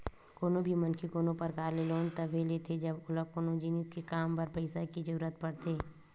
कोनो भी मनखे कोनो परकार के लोन तभे लेथे जब ओला कोनो जिनिस के काम बर पइसा के जरुरत पड़थे